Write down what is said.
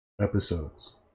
episodes